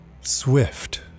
Swift